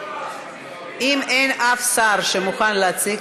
אם אין אף שר שמוכן להציג,